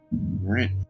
Right